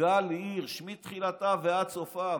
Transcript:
גל הירש מתחילה ועד סופה,